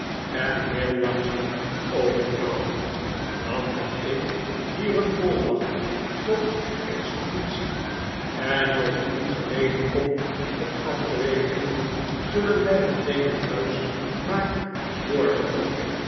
en heel langzaam openvouwde dan heb ik hier een volmacht tot executie en als het niet gelegen komt om af te rekenen zullen wij meteen het huis maar eens doprloopen